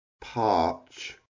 Parch